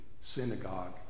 synagogue